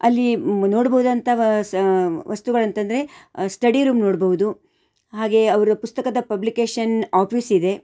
ಅಲ್ಲಿ ನೋಡ್ಬಹುದಂಥ ವಸ ವಸ್ತುಗಳಂತಂದರೆ ಸ್ಟಡಿ ರೂಮ್ ನೋಡಬಹ್ದು ಹಾಗೇ ಅವ್ರ ಪುಸ್ತಕದ ಪಬ್ಲಿಕೇಷನ್ ಆಫೀಸ್ ಇದೆ